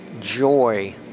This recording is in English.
joy